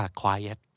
quiet